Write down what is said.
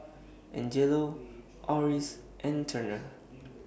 Angelo Oris and Turner